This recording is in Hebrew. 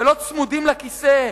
ולא צמודים לכיסא,